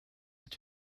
est